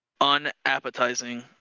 unappetizing